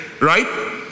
right